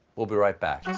we'll be right back.